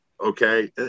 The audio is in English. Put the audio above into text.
okay